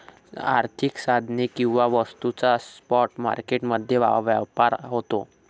आर्थिक साधने किंवा वस्तूंचा स्पॉट मार्केट मध्ये व्यापार होतो